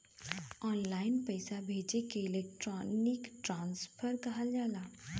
online पइसा भेजे के इलेक्ट्रानिक ट्रांसफर कहल जाला